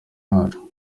wacu